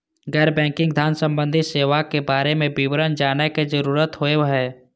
गैर बैंकिंग धान सम्बन्धी सेवा के बारे में विवरण जानय के जरुरत होय हय?